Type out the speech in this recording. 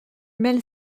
mêle